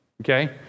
Okay